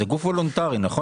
זה גוף וולונטרי, נכון?